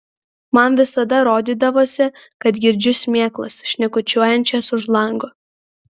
man visada rodydavosi kad girdžiu šmėklas šnekučiuojančias už lango